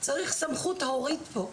צריך סמכות הורית פה.